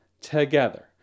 together